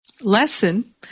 lesson